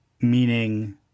meaning